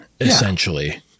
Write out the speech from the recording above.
essentially